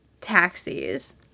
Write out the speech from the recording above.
taxis